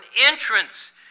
entrance